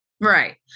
Right